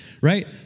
right